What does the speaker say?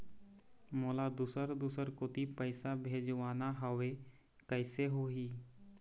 मोला दुसर दूसर कोती पैसा भेजवाना हवे, कइसे होही?